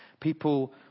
people